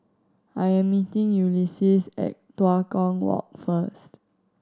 I am meeting Ulises at Tua Kong Walk first